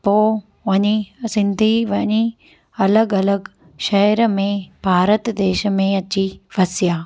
पोइ वञी सिंधी वञी अलॻि अलॻि शहर में भारत देश में अची फसिया